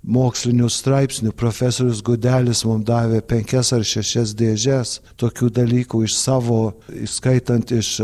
mokslinių straipsnių profesorius gudelis mum davė penkias ar šešias dėžes tokių dalykų iš savo įskaitant iš